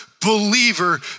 believer